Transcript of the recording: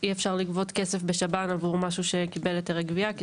אי אפשר יהיה לגבות כסף בשב"ן עבור משהו שקיבל היתרי גבייה.